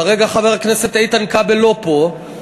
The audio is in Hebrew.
כרגע חבר הכנסת איתן כבל לא פה,